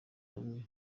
hamwe